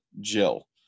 Jill